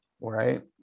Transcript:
right